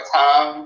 time